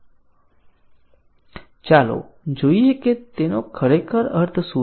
ચાલો જોઈએ કે તેનો ખરેખર અર્થ શું છે